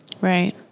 Right